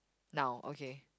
now okay